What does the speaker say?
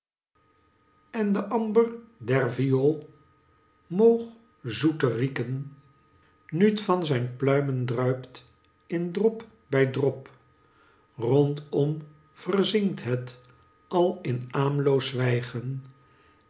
en de amber der viool moog zoeter rieken nu t van zijn pluimen druipt in drop bij drop rondom verzinkt het al in aemloos zwijgen